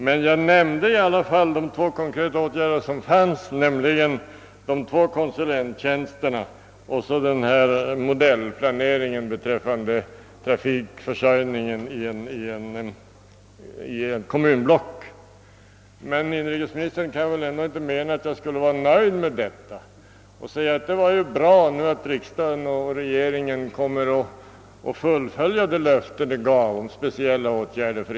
Men jag nämnde ändå de få konkreta åtgärder som angivits, nämligen de två konsulenttjänsterna och modellplaneringen = för = trafikförsörjningen i ett kommunblock. Inrikesministern kan väl ändå inte mena, att jag skulle nöja mig med detta och anse att regeringen därmed fullföljer de löften som givits om speciella åtgärder.